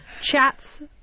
Chats